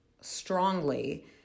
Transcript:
strongly